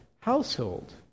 household